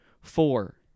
Four